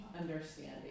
understanding